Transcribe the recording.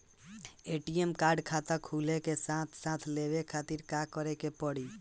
ATM card खाता खुले के साथे साथ लेवे खातिर का करे के पड़ी?